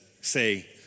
say